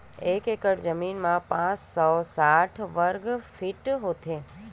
एक एकड़ जमीन मा पांच सौ साठ वर्ग फीट होथे